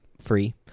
free